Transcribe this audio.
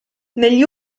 negli